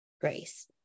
Grace